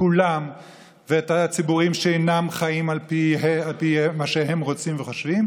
כולם ואת הציבורים שאינם חיים על פי מה שהם רוצים וחושבים,